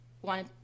One